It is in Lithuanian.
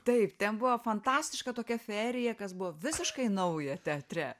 taip ten buvo fantastiška tokia fejerija kas buvo visiškai nauja teatre